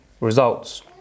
results